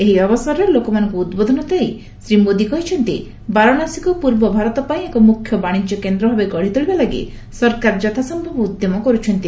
ଏହି ଅବସରରେ ଲୋକମାନଙ୍କ ଉଦ୍ବୋଧନ ଦେଇ ଶ୍ରୀ ମୋଦି କହିଛନ୍ତି ବାରାଣାସୀକୁ ପୂର୍ବ ଭାରତ ପାଇଁ ଏକ ମୁଖ୍ୟ ବାଣିଜ୍ୟ କେନ୍ଦ୍ର ଭାବେ ଗଢ଼ି ତୋଳିବା ଲାଗି ସରକାର ଯଥାସମ୍ଭବ ଉଦ୍ୟମ କରିଛନ୍ତି